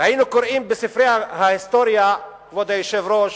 והיינו קוראים בספרי ההיסטוריה, כבוד היושב-ראש,